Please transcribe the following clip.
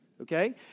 Okay